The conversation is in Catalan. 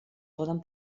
poden